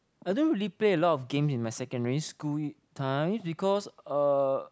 I don't really play a lot of games during my secondary school time because uh